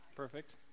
Perfect